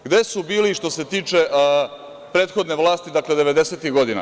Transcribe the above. Gde su bili što se tiče prethodne vlasti, dakle, 90-ih godina.